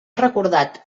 recordat